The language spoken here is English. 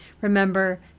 remember